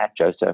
Joseph